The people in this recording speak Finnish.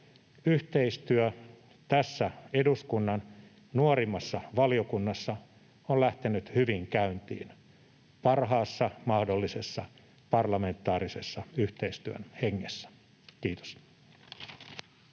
Yhteistyö tässä eduskunnan nuorimmassa valiokunnassa on lähtenyt hyvin käyntiin, parhaassa mahdollisessa parlamentaarisessa yhteistyön hengessä. — Kiitos.